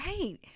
Right